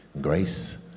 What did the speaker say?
grace